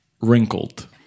wrinkled